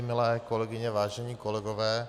Milé kolegyně, vážení kolegové...